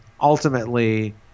Ultimately